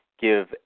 give